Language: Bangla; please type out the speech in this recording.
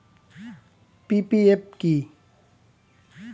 পি.পি.এফ কি?